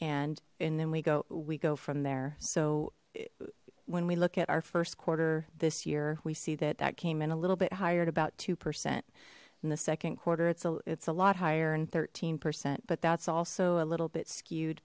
and and then we go we go from there so when we look at our first quarter this year we see that that came in a little bit hired about two percent in the second quarter it's a it's a lot higher and thirteen percent but that's also a little bit skewed